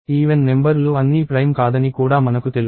even number లు అన్నీ prime కాదని కూడా మనకు తెలుసు